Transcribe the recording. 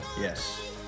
Yes